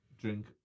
drink